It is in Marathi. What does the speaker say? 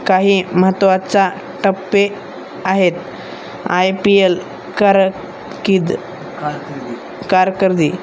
काही महत्त्वाचा टप्पे आहेत आय पी एल कार किद कारकर्दी